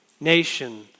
nation